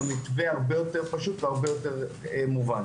המתווה הרבה יותר פשוט והרבה יותר מובן,